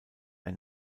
ein